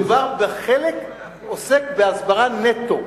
מדובר בחלק שעוסק בהסברה נטו,